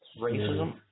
Racism